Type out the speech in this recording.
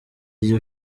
igihe